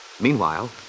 Meanwhile